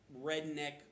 redneck